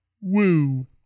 woo